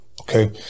okay